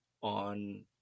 on